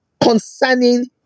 concerning